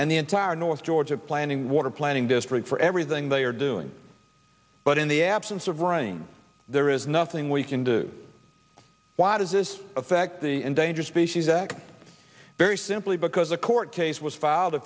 and the entire north georgia planning water planning district for everything they are doing but in the absence of rain there is nothing we can do why does this affect the endangered species act very simply because a court case was filed a